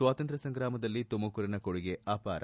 ಸ್ವಾತಂತ್ರ್ಯ ಸಂಗ್ರಾಮದಲ್ಲಿ ತುಮಕೂರಿನ ಕೊಡುಗೆ ಅಪಾರ